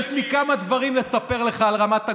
אוסאמה, יש לי כמה דברים לספר לך על רמת הגולן.